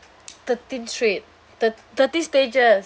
thirteen straight thir~ thirteen stages